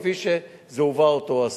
כפי שהובא אותו אסיר,